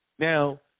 Now